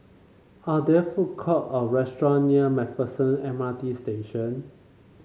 are there food court or restaurant near MacPherson M R T Station